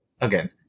Again